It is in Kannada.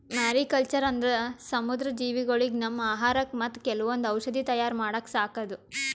ಮ್ಯಾರಿಕಲ್ಚರ್ ಅಂದ್ರ ಸಮುದ್ರ ಜೀವಿಗೊಳಿಗ್ ನಮ್ಮ್ ಆಹಾರಕ್ಕಾ ಮತ್ತ್ ಕೆಲವೊಂದ್ ಔಷಧಿ ತಯಾರ್ ಮಾಡಕ್ಕ ಸಾಕದು